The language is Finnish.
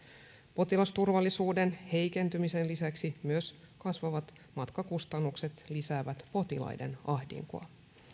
potilasturvallisuuden heikentymisen lisäksi myös kasvavat matkakustannukset lisäävät potilaiden ahdinkoa